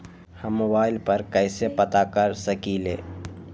हम मोबाइल पर कईसे पता कर सकींले?